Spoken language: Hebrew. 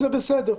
זה בסדר.